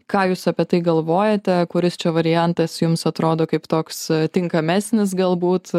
ką jūs apie tai galvojate kuris čia variantas jums atrodo kaip toks tinkamesnis galbūt